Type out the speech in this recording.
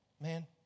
Man